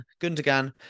Gundogan